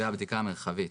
והבדיקה המרחבית,